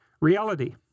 reality